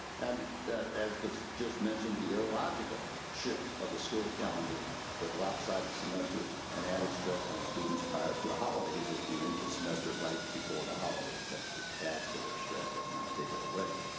and as was just mentioned, the illogical shift of the school calendar with lopsided semesters and added stress on students prior to the holidays if you end the semester right before the holidays. that just adds to their stress. does not take it away.